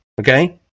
okay